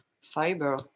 fiber